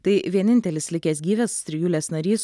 tai vienintelis likęs gyvas trijulės narys